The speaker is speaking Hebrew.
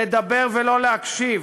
לדבר ולא להקשיב.